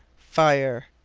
fire!